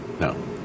no